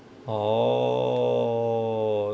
oh